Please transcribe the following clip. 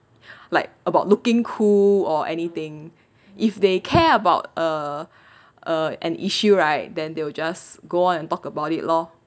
like about looking cool or anything if they care about uh uh an issue right then they will just go and talk about it lor